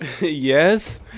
Yes